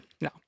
No